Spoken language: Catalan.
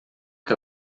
que